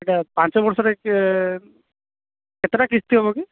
ଏଇଟା ପାଞ୍ଚ ବର୍ଷରେ କେତେଟା କିସ୍ତି ହେବ କି